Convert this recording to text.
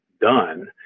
done